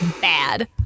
bad